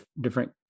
different